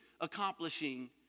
accomplishing